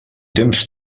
temps